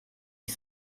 ich